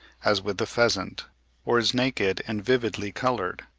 as with the pheasant or is naked and vividly coloured.